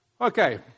Okay